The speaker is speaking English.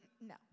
No